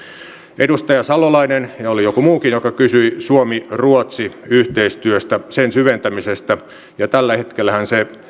edustaja salolainen kysyi ja oli joku muukin joka kysyi suomi ruotsi yhteistyöstä sen syventämisestä tällä hetkellähän se